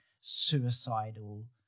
suicidal